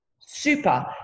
super